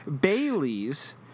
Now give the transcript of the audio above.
Bailey's